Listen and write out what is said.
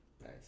Nice